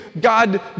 God